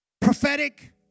Prophetic